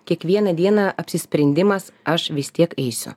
kiekvieną dieną apsisprendimas aš vis tiek eisiu